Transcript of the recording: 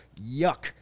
Yuck